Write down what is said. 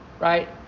right